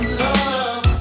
love